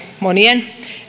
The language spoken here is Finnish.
monien